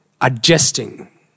adjusting